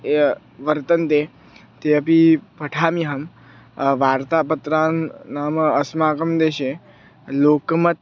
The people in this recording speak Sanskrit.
य वर्तन्ते ते अपि पठामि अहं वार्तापत्राणि नाम अस्माकं देशे लोकमत्